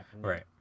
Right